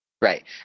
Right